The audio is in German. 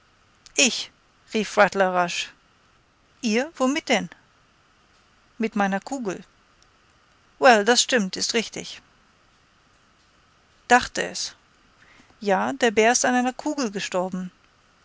ich rief rattler rasch ihr womit denn mit meiner kugel well das stimmt ist richtig dachte es ja der bär ist an einer kugel gestorben